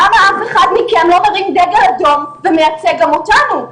למה אף אחד מכם לא מרים דגל אדום ומייצג גם אותנו.